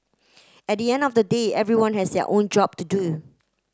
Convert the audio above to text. at the end of the day everyone has their own job to do